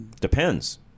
Depends